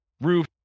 roof